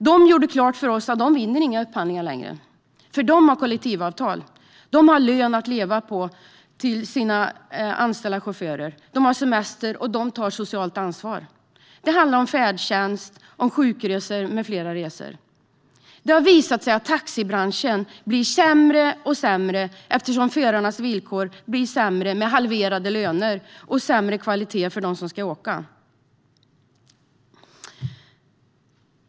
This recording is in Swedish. De gjorde klart för oss att de inte längre vinner några upphandlingar, eftersom de har kollektivavtal, löner som går att leva på och semester för sina chaufförer. De tar socialt ansvar. Det handlar om färdtjänst, sjukresor med flera resor. Det har visat sig att taxibranschen blir sämre och sämre, eftersom förarnas villkor blir sämre med halverade löner och sämre kvalitet för dem som ska åka.